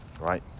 right